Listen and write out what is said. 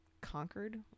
conquered